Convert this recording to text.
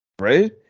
right